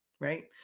right